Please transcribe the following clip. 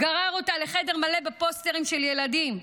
גרר אותה לחדר מלא בפוסטרים של ילדים,